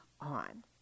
on